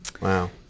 wow